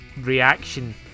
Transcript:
reaction